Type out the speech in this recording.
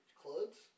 clothes